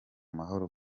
mahoro